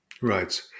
Right